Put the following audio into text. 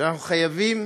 שאנחנו חייבים